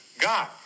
God